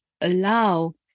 allow